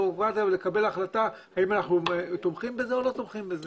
ולקבל החלטה האם אנחנו תומכים בזה או לא תומכים בזה.